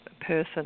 person